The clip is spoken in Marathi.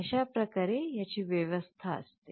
अशा प्रकारे याची व्यवस्था असते